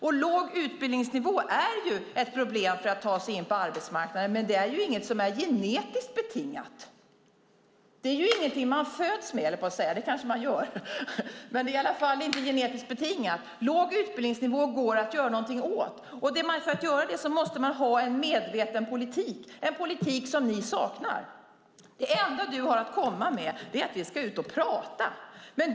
Låg utbildningsnivå är visserligen ett problem för att ta sig in på arbetsmarknaden, men det är inte genetiskt betingat. Det är inget man föds med - jo, kanske - men det är inte genetiskt betingat. Låg utbildningsnivå går att göra något åt. För att göra det måste man ha en medveten politik, vilket ni saknar. Det enda du har att komma med är att vi ska ut och prata.